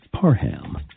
Parham